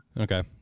Okay